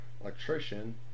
electrician